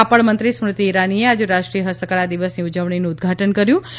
કાપડ મંત્રી સ્મૃતિ ઈરાનીએ આજે રાષ્ટ્રીય હસ્તકળા દિવસની ઉજવણીનું ઉદઘાટન કર્યૂં